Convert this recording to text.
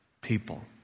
people